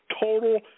total